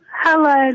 Hello